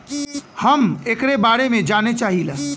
हम एकरे बारे मे जाने चाहीला?